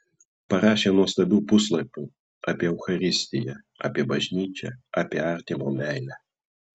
parašė nuostabių puslapių apie eucharistiją apie bažnyčią apie artimo meilę